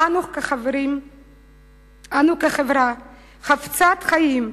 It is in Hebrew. אנו, כחברה חפצת חיים,